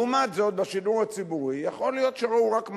לעומת זאת בשידור הציבורי יכול להיות שראו רק 200,000,